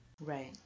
right